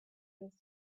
was